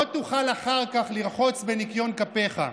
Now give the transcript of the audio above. לא תוכל אחר כך לרחוץ בניקיון כפיך.